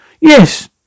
Yes